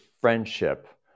friendship